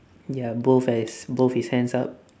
ya both has both his hands up